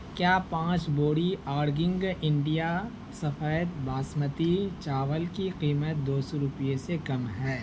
کیا پانچ بوری آرگنگ انڈیا سفید باسمتی چاول کی قیمت دو سو روپئے سے کم ہے